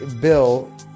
Bill